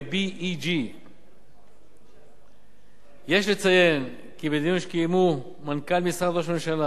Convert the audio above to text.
BEG. יש לציין כי בדיון שקיימו מנכ"ל משרד ראש הממשלה